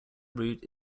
route